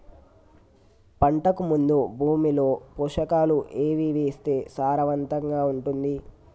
పంటకు ముందు భూమిలో పోషకాలు ఏవి వేస్తే సారవంతంగా ఉంటది?